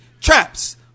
traps